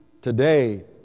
today